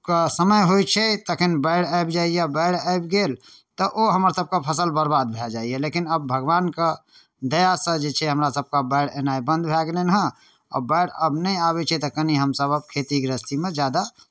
के समय होइ छै तखन बाढ़ि आबि जाइए बाढ़ि आबि गेल तऽ ओ हमरसभके फसल बर्बाद भए जाइए लेकिन आब भगवानके दयासँ जे छै हमरासभके बाढ़ि एनाय बन्द भऽ गेलनि हँ बाढ़ि आब नहि आबै छै तऽ कनी हमसभ आब खेती गृहस्थीमे ज्यादा